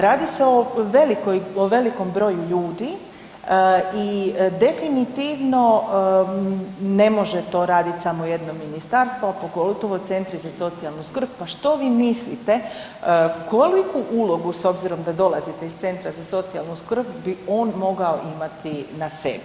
Radi se o velikom broju ljudi i definitivno ne može to raditi samo jedno ministarstvo, a pogotovo centri za socijalnu skrb, pa što vi mislite koliku ulogu, s obzirom da dolazite iz centra za socijalnu skrb bi on mogao imati na sebi?